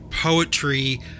poetry